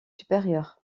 supérieures